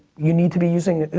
you need to be using.